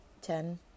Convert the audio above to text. ten